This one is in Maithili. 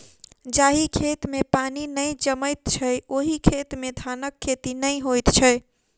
जाहि खेत मे पानि नै जमैत छै, ओहि खेत मे धानक खेती नै होइत छै